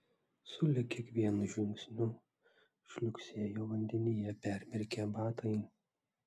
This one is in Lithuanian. sulig kiekvienu žingsniu žliugsėjo vandenyje permirkę batai